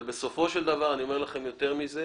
אבל בסופו של דבר אני אומר לכם יותר מזה.